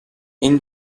این